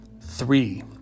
Three